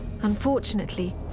Unfortunately